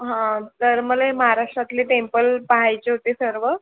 हा तर मला हे महाराष्ट्रातले टेंपल पहायचे होते सर्व